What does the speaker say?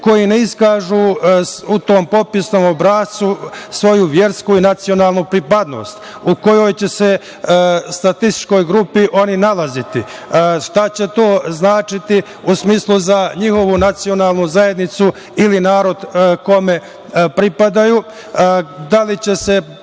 koji ne iskazu u tom popisnom obrascu svoju versku i nacionalnu pripadnost u kojoj će se statističkoj grupi oni nalaziti. Šta će to značiti u smislu za njihovu nacionalnu zajednicu ili narod kome pripadaju? Da li će se